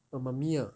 mamamia